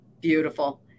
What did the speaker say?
Beautiful